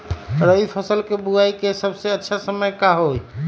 रबी फसल के बुआई के सबसे अच्छा समय का हई?